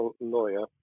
lawyer